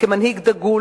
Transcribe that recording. כמנהיג דגול,